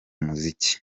muziki